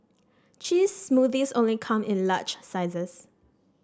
cheese smoothies only come in large sizes